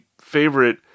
favorite